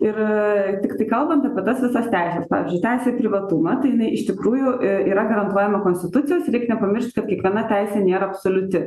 ir tiktai kalbant apie tas visas teises pavyzdžiui teisė į privatumą tai ji iš tikrųjų yra garantuojama konstitucijos reik nepamiršti kad kiekviena teisė nėra absoliuti